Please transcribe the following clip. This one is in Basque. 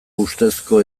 ustezko